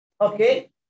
Okay